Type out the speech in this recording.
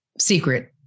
Secret